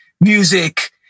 music